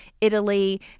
Italy